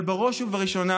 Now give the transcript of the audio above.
אבל בראש וראשונה,